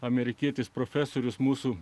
amerikietis profesorius mūsų